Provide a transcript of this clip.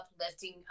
uplifting